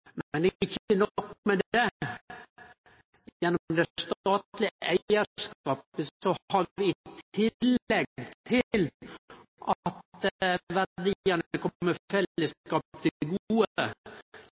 Men ikkje nok med det: Gjennom den statlege eigarskapen har vi, i tillegg til at